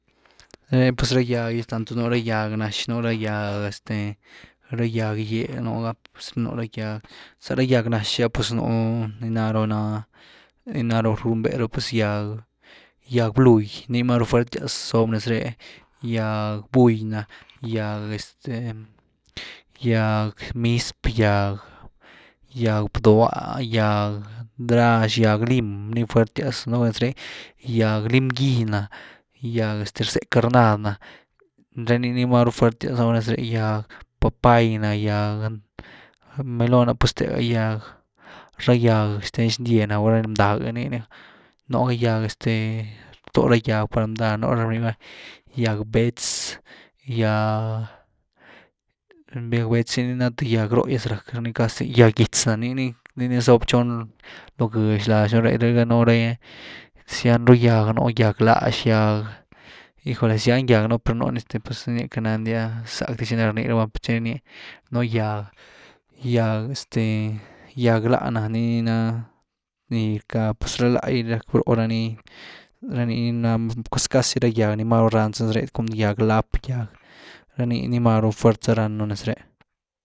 pues ra gýag gy tanto nú ra gýag nax, nú ra gýag este, ra gýag gyéh, nú ra gýag, zá ra gýag nax ah pues nú ni náru na, ni na ru runbé pues gýag bluy ni ná ni maru fuertyas zob nez réh, gyag buy nah, gyag, este gyag mizpr, gýag- gyag bdwa, gyag ndrax, gyag lim, ni fuertyas nú nez ré gýag lim-gy na, gyag este zé-carnad na, ra nii ni máru fuertyas nú nez réh gýag papay na, gýag melón, pues thegani, gýag- ra gýag xthen xndya na, gulá ra bndag’e nii ni, nú ra gýag este dora gýag par bndáh, gugá gýag béhetz, gýag béhetz nii ni ná th gýag róhgyas rack ni casi, gýag gitz ná nii ni zob txon lo gëx laxáh nure, rh gá nú re zyan ru gýag nú. gýag lásh, gyag híjole, zyan gyag npu réh per nu ni este pues ni rnya queity nandya xinaa rny rabani per chinii rnye npu gýag gýag este gyag láh na, nii ni na ni rcka pues ra láh’gy ni rack bróh ra ni, ra nii ni ná pues casi ra gýag ni máru ran zanu nez ré cun gýag- blap, gyag ra nii ni máru fuert za ránu nez réh.